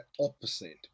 opposite